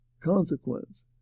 consequence